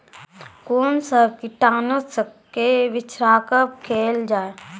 कून सब कीटनासक के छिड़काव केल जाय?